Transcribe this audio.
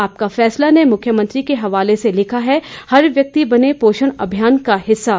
आपका फैसला ने मुख्यमंत्री के हवाले से लिखा है हर व्यक्ति बने पोषण अभियान का हिस्सा